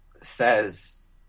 says